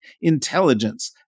intelligence